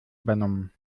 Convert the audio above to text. übernommen